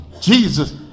Jesus